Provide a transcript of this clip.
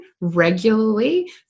regularly